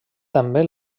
també